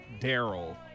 Daryl